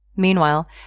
Meanwhile